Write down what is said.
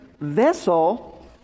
vessel